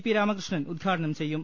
P Ramakrishnan ഉദ്ഘാടനം ചെയ്യും